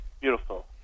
Beautiful